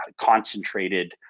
concentrated